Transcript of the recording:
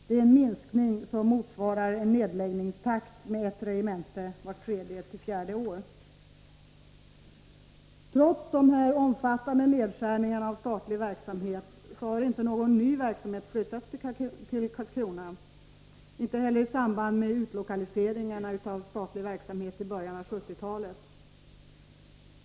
Det är en minskning som motsvarar en nedläggningstakt av ett regemente vart tredje eller fjärde år. Trots de omfattande nedskärningarna av statlig verksamhet har inte någon ny verksamhet flyttats till Karlskrona i samband med utlokaliseringarna av statlig verksamhet i början av 1970-talet.